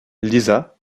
liza